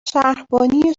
شهربانی